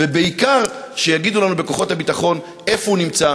ובעיקר שיגידו לנו בכוחות הביטחון איפה הוא נמצא,